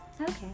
Okay